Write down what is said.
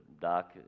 Doc